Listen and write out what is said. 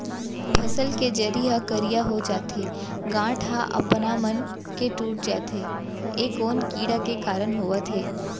फसल के जरी ह करिया हो जाथे, गांठ ह अपनमन के टूट जाथे ए कोन कीड़ा के कारण होवत हे?